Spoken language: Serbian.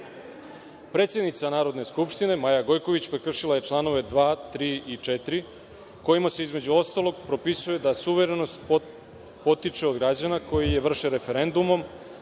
Srbiji. Predsednica Narodne skupštine Maja Gojković prekršila je članove 2, 3. i 4. kojima se, između ostalog, propisuje da suverenost potiče od građana koji je vrše referendumom,